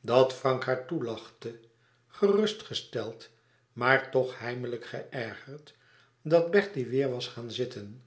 dat frank haar toelachte gerustgesteld maar toch heimlijk geërgerd dat bertie weêr was gaan zitten